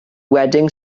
wedding